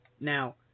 Now